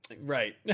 Right